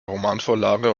romanvorlage